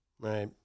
Right